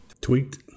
Tweaked